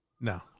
No